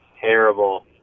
terrible